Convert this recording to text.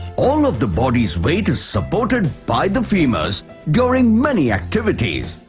all of the body's weight is supported by the femurs during many activities,